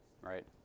Right